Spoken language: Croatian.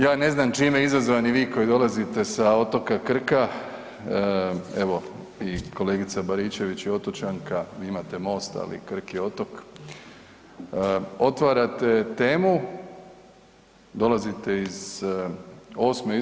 Ja ne znam čime izazvani vi koji dolazite sa otoka Krka evo i kolegica Baričević je otočanka, vi imate most, ali Krk je otok, otvarate temu, dolazite iz VIII.